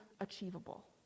achievable